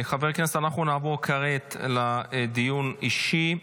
חברי הכנסת, אנחנו נעבור כעת לדיון אישי.